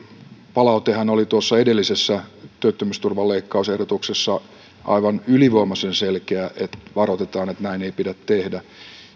palautehan oli tuossa edellisessä työttömyysturvan leikkausehdotuksessa aivan ylivoimaisen selkeää että varoitetaan että näin ei pidä tehdä